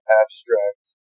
abstract